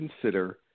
consider